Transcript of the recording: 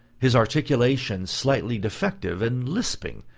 his articulation slightly defective and lisping,